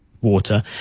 water